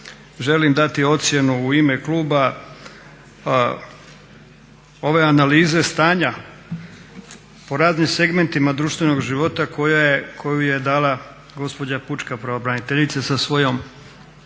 želim dati ocjenu u ime kluba ove analize stanja po radnim segmentima društvenog života koju je dala gospođa pučka pravobraniteljica sa svojom